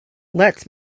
lets